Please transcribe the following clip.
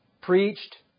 Preached